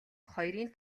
хоёрын